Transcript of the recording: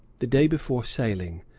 the day before sailing,